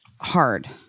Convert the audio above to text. Hard